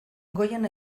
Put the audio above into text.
goian